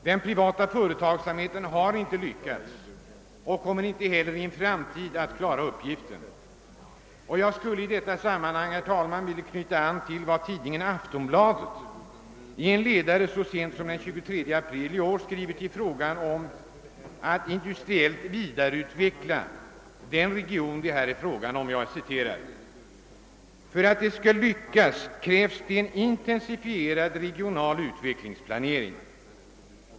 Den privata företagsamheten har inte lyckats och kommer inte heller i en framtid att lyckas göra det. Jag vill i detta sammanhang knyta an till vad Aftonbladet i en ledare så sent som den 23 april skrev beträffande frågan om att industriellt vidareutveckla den region det här är fråga om: »För att detta ska lyckas krävs en intensifierad regional utvecklingsplanering.